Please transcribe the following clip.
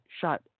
shot